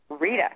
rita